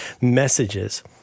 messages